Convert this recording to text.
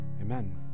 amen